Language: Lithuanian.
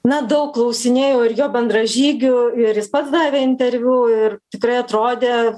na daug klausinėjau ir jo bendražygių ir jis pats davė interviu ir tikrai atrodė